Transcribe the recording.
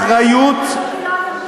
יש לכם,